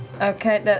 okay, and